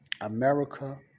America